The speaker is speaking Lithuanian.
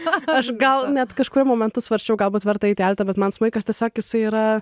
cha cha aš gal net kažkuriuo momentu svarsčiau galbūt verta eiti į altą bet man smuikas tiesiog jisai yra